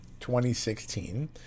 2016